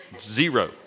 Zero